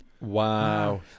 wow